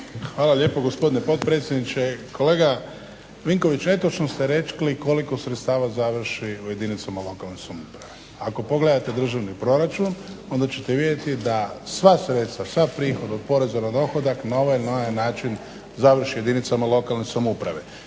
Hvala lijepa gospodine potpredsjedniče. Kolega Vinković, netočno ste rekli koliko sredstava završi u jedinicama lokalne samouprave. Ako pogledate državni proračun, onda ćete vidjeti da sva sredstva, sav prihod od poreza na dohodak na ovaj ili onaj način završi u jedinicama lokalne samouprave.